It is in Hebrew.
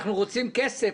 אנחנו רוצים כסף,